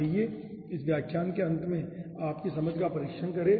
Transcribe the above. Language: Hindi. आइए इस व्याख्यान के अंत में आपकी समझ का परीक्षण करें